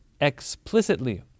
explicitly